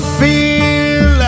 feel